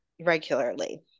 regularly